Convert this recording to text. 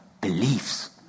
beliefs